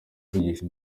kwigisha